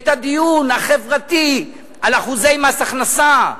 את הדיון החברתי על אחוזי מס הכנסה,